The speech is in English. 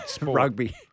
Rugby